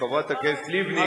חברת הכנסת לבני,